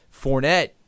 Fournette